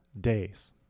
days